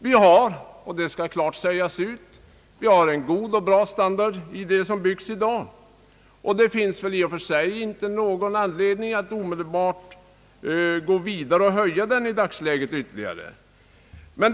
Vi har — och det skall klart sägas ut — en hög och bra standard i det som byggs i dag, och det finns i och för sig ingen anledning att omedelbart gå vidare och höja denna standard ytterligare i dagsläget.